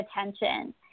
attention